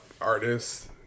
artists